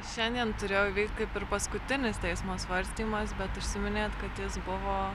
šiandien turėjo įvykt kaip ir paskutinis teismo svarstymas bet užsiminėt kad jis buvo